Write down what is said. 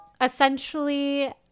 Essentially